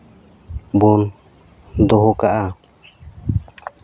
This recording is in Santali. ᱵᱚᱱ ᱫᱚᱦᱚ ᱠᱟᱜᱼᱟ